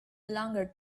longer